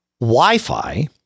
Wi-Fi